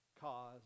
cause